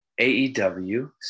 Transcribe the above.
AEW